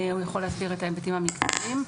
מיד יסביר את ההיבטים המקצועיים.